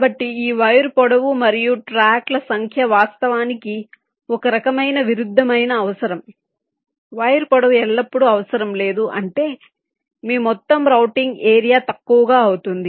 కాబట్టి ఈ వైర్ పొడవు మరియు ట్రాక్ల సంఖ్య వాస్తవానికి ఒక రకమైన విరుద్ధమైన అవసరం వైర్ పొడవు ఎల్లప్పుడూ అవసరం లేదు అంటే మీ మొత్తం రౌటింగ్ ఏరియా తక్కువగా అవుతుంది